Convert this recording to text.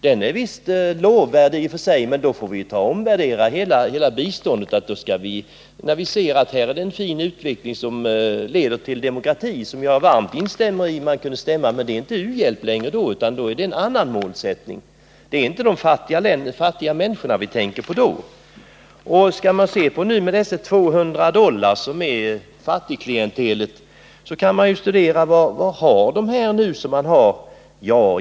I och för sig är den lovvärd, men då får vi omvärdera hela biståndet. När vi ser att det är fråga om en fin utveckling som leder till demokrati skulle vi alltså hjälpa, och det kan jag varmt instämma i. Men då rör det sig inte längre om u-hjälp utan om någonting annat. Då tänker vi inte på de fattiga människorna. Under 200 dollar per capita är ju fattiggränsen. Man kan se hur hög levnadsstandarden är i de här länderna.